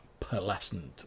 pearlescent